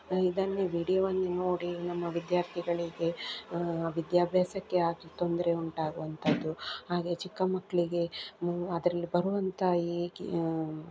ಇದನ್ನು ವಿಡಿಯೋವನ್ನು ನೋಡಿ ನಮ್ಮ ವಿದ್ಯಾರ್ಥಿಗಳಿಗೆ ವಿದ್ಯಾಭ್ಯಾಸಕ್ಕೆ ತೊಂದರೆ ಉಂಟಾಗುವಂಥದ್ದು ಹಾಗೇ ಚಿಕ್ಕ ಮಕ್ಕಳಿಗೆ ಅದರಲ್ಲಿ ಬರುವಂಥ ಈ